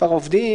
עובדים